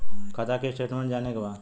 खाता के स्टेटमेंट जाने के बा?